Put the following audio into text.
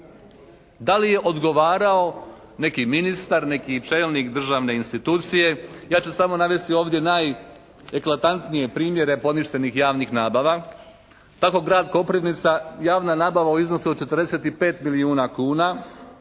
Da li je odgovarao neki ministar, neki čelnik državne institucije? Ja ću samo navesti ovdje najeklatantnije primjere poništenih javnih nabava. Tako Grad Koprivnica, javna nabava u iznosu od 45 milijuna kuna,